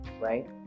right